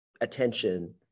attention